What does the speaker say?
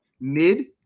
mid